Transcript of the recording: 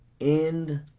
end